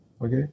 Okay